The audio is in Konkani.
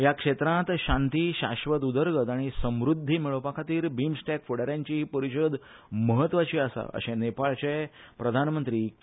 ह्या क्षेत्रात शांती शाश्वत उदरगत आनी समृध्दी मेळोवपाखातीर बिंमस्टॅक फुडाऱ्यांची ही परिषद म्हत्वाची आसा अशे नेपाळचे प्रधानमंत्री के